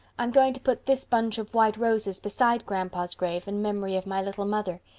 i'm going to put this bunch of white roses beside grandpa's grave in memory of my little mother.